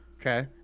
Okay